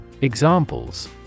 Examples